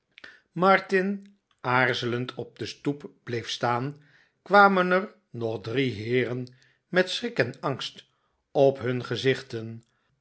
martin aarzelend op de stoep bleef staan kwamen er nog drie heeren met schrik en angst op hun gezichten